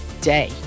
day